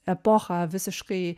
epochą visiškai